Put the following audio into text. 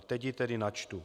Teď ji tedy načtu.